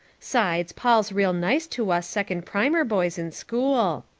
sides, paul's real nice to us second primer boys in school.